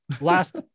Last